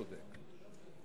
שאתה צודק,